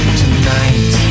tonight